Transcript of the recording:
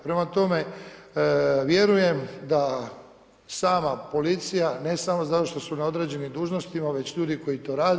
Prema tome, vjerujem da sama policija ne samo zato što su na određenim dužnostima već ljudi koji to rade.